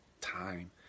time